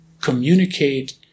communicate